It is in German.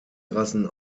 rassen